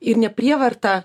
ir ne prievarta